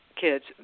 kids